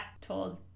told